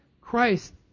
Christ